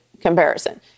comparison